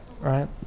right